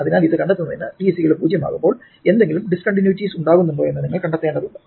അതിനാൽ ഇത് കണ്ടെത്തുന്നതിന് t0 ആകുമ്പോൾ എന്തെങ്കിലും ഡിസ്കണ്ടിന്യൂയിറ്റിസ് ഉണ്ടാകുന്നുണ്ടോ എന്ന് നിങ്ങൾ കണ്ടെത്തേണ്ടതുണ്ട്